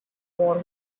war